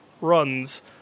runs